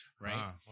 Right